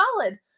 solid